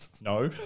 no